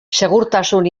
segurtasun